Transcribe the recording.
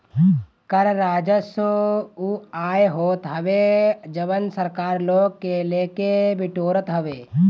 कर राजस्व उ आय होत हवे जवन सरकार लोग से लेके बिटोरत हवे